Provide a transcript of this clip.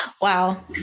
Wow